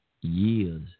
years